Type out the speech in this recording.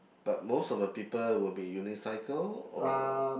but most of the people will be unicycle or